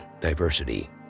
diversity